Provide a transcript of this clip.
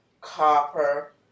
copper